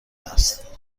است